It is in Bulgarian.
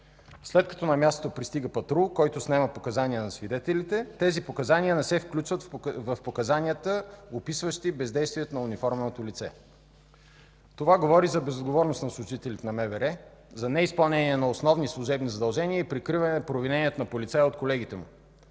След като на място пристига патрул, който снема показания на свидетелите, тези показания не се включват в показанията, описващи бездействието на униформеното лице. Това говори за безотговорност на служителите на МВР, за неизпълнение на основни служебни задължения и прикриване на провиненията на полицая от колегите му.